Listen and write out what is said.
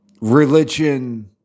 religion